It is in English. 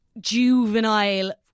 juvenile